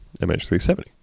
MH370